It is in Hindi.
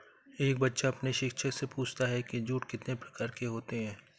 एक बच्चा अपने शिक्षक से पूछता है कि जूट कितने प्रकार के होते हैं?